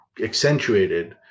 accentuated